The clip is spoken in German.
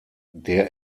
der